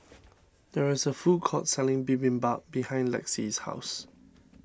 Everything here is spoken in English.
there is a food court selling Bibimbap behind Lexie's house